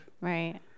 Right